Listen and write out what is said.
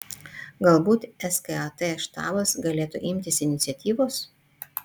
galbūt skat štabas galėtų imtis iniciatyvos